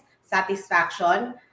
satisfaction